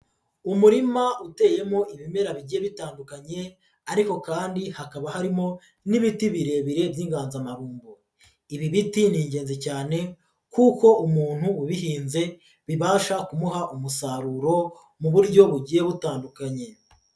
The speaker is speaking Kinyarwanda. Umurima uteyemo ibimera bigiye bitandukanye ariko kandi hakaba harimo n'ibiti birebire by'inganzamarumbo. Ibi biti ni ingenzi cyane kuko umuntu ubihinze bibasha kumuha umusaruro, mu buryo bugiye butandukanye.